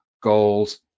goals